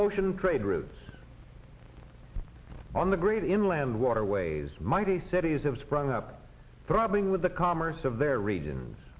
ocean trade routes on the great inland waterways mighty cities have sprung up throbbing with the commerce of their region